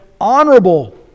honorable